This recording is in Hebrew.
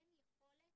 אין יכולת